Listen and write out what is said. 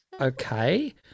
okay